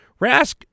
Rask